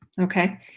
Okay